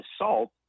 assault